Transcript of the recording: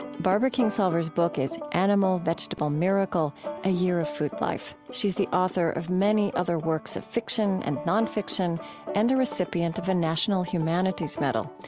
barbara kingsolver's book is animal, vegetable, miracle a year of food life. she's the author of other works of fiction and nonfiction and a recipient of a national humanities medal.